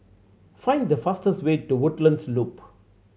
find the fastest way to Woodlands Loop